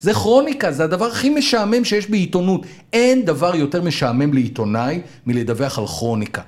זה כרוניקה, זה הדבר הכי משעמם שיש בעיתונות. אין דבר יותר משעמם לעיתונאי מלדווח על כרוניקה.